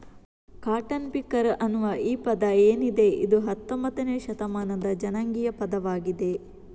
cotton picker ಅನ್ನುವ ಈ ಪದ ಏನಿದೆ ಇದು ಹತ್ತೊಂಭತ್ತನೇ ಶತಮಾನದ ಜನಾಂಗೀಯ ಪದವಾಗಿದೆ